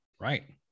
Right